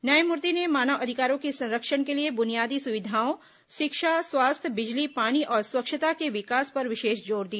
न्यायमूर्ति ने मानव अधिकारों के संरक्षण के लिए बुनियादी सुविधाओं शिक्षा स्वास्थ्य बिजली पानी और स्वच्छता के विकास पर विशेष जोर दिया